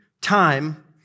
time